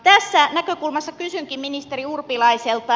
tästä näkökulmasta kysynkin ministeri urpilaiselta